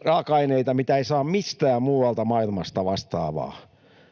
raaka-aineita, mitä ei saa mistään muualta maailmasta vastaavaa,